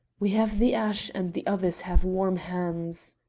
we have the ash and the others have warm hands.